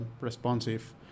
responsive